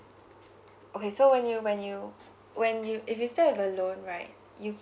okay so when you when you when you if you still have a loan right you